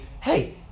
Hey